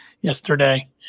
yesterday